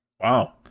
Wow